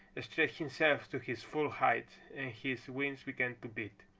stretched himself to his full height and his wings began to beat,